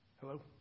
Hello